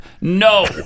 No